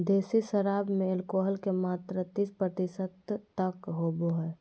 देसी शराब में एल्कोहल के मात्रा तीस प्रतिशत तक होबो हइ